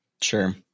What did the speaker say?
Sure